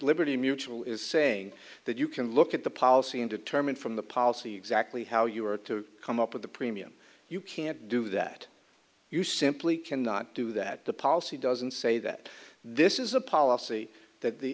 liberty mutual is saying that you can look at the policy and determine from the policy exactly how you are to come up with the premium you can't do that you simply cannot do that the policy doesn't say that this is a policy that the